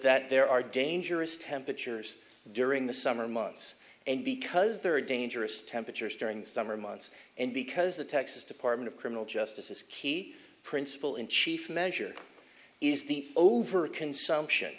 that there are dangerous temperatures during the summer months and because there are dangerous temperatures during the summer months and because the texas department of criminal justice is key principle in chief measure is the over consumption